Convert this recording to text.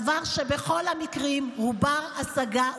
דבר שלא בכל המקרים הוא בר-השגה,